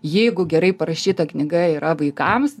jeigu gerai parašyta knyga yra vaikams